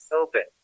Open